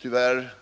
Tyvärr